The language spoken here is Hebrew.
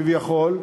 כביכול,